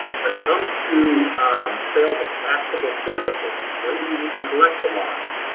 when it comes to sales of taxable services, when do you need to collect the lost?